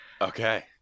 Okay